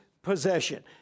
Possession